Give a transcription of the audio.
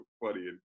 funny